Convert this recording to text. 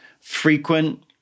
frequent